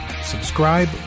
subscribe